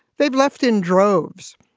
they've left in droves,